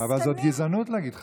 אבל זאת גזענות להגיד "חרדים".